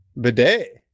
bidet